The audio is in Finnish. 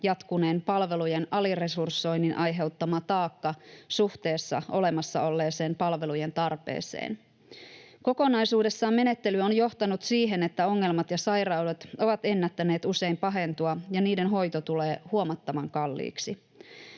jatkuneen palvelujen aliresursoinnin aiheuttama taakka suhteessa olemassa olleeseen palvelujen tarpeeseen. Kokonaisuudessaan menettely on johtanut siihen, että ongelmat ja sairaudet ovat ennättäneet usein pahentua ja niiden hoito tulee huomattavan kalliiksi.